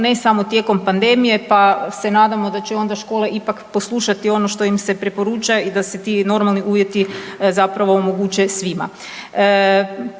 ne samo tijekom pandemije pa se nadamo da će onda škole ipak poslušati ono što im se preporuča i da se ti normalni uvjeti zapravo omoguće svima.